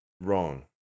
wrong